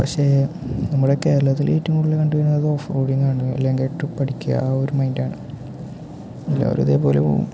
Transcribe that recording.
പക്ഷേ നമ്മുടെ കേരളത്തിൽ ഏറ്റവും കൂടുതൽ കണ്ടു വരുന്നത് ഓഫ് റോഡിങ്ങാണ് അല്ലെങ്കിൽ ട്രിപ്പടിക്കാം ആ ഒരു മൈൻഡാണ് വെറുതേ പോലെ പോവും